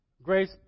Grace